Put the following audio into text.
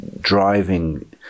driving